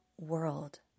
world